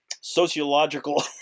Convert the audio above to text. sociological